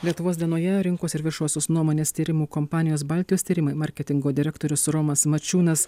lietuvos dienoje rinkos ir viešosios nuomonės tyrimų kompanijos baltijos tyrimai marketingo direktorius romas mačiūnas